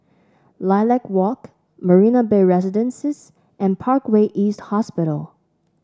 Lilac Walk Marina Bay Residences and Parkway East Hospital